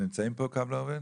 נמצאים פה?